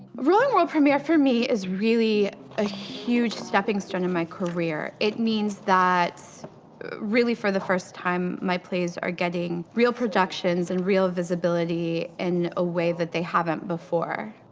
rolling world premiere for me is really a huge stepping stone in my career. it means that really for the first time my plays are getting real productions and real visibility in a way that they haven't before.